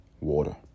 water